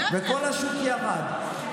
כל השוק ירד.